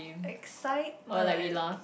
excitement